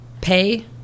pay